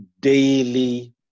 daily